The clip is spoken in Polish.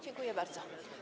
Dziękuję bardzo.